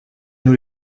nous